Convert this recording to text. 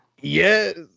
Yes